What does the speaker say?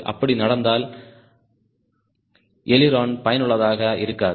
அப்படி நடந்தால் அய்லிரோன் பயனுள்ளதாக இருக்காது